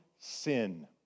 Sin